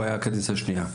והוא היה קדנציה שנייה,